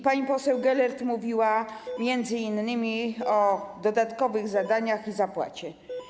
Pani poseł Gelert mówiła m.in. o dodatkowych zadaniach i zapłacie.